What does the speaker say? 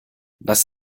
was